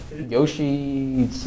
Yoshi